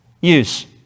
use